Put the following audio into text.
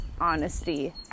Honesty